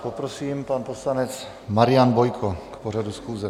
Poprosím, pan poslanec Marian Bojko k pořadu schůze.